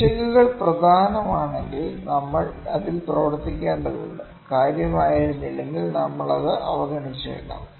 പിശകുകൾ പ്രധാനമാണെങ്കിൽ നമ്മൾ അതിൽ പ്രവർത്തിക്കേണ്ടതുണ്ട് കാര്യമായിരുന്നില്ലെങ്കിൽ നമ്മൾ അത് അവഗണിച്ചേക്കാം